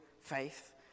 faith